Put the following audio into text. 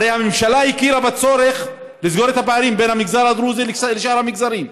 הרי הממשלה הכירה בצורך לסגור את הפערים בין המגזר הדרוזי לשאר המגזרים.